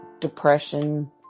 depression